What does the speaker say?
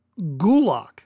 gulak